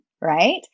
right